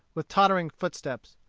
with tottering footsteps.